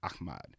Ahmad